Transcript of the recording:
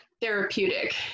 therapeutic